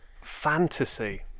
fantasy